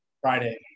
friday